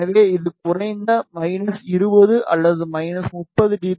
எனவே இது குறைந்த 20 அல்லது 30 டி